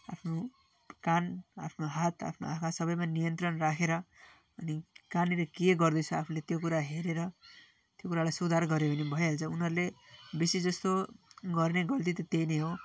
आफ्नो कान आफ्नो हात आफ्नो आँखा सबैमा नियन्त्रण राखेर अनि कहाँनिर के गर्दैछ आफूले त्यो कुरा हेरेर त्यो कुरालाई सुधार गऱ्यो भने भइहाल्छ उनीहरूले बेसीजस्तो गर्ने गल्ती त त्यही नै हो